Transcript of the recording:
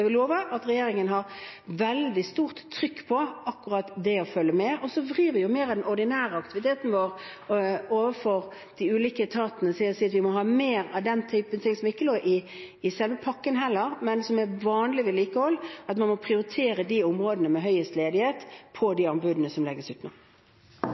at regjeringen har veldig stort trykk på akkurat det å følge med. Så vrir vi mer av den ordinære aktiviteten vår over på de ulike etatene, dvs. at vi må ha mer av den typen ting som ikke lå i selve pakken, men som er vanlig vedlikehold, og vi må prioritere de områdene med høyest ledighet